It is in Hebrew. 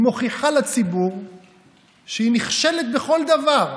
היא מוכיחה לציבור שהיא נכשלת בכל דבר.